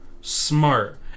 Smart